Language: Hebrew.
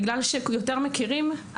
בגלל שיותר מכירים,